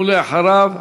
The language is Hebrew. ואחריו,